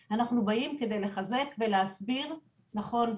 שכולה אנחנו באים כדי לחזק וכדי להסביר שנכון,